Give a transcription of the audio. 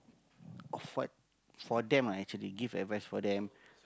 of what for them ah actually give advice for them